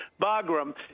Bagram